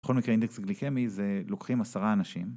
בכל מקרה אינדקס גליקמי זה לוקחים עשרה אנשים